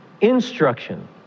Instruction